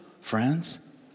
friends